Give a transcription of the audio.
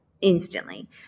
instantly